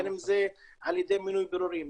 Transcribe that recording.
בין אם זה על ידי מינוי בוררים,